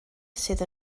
sydd